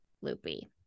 loopy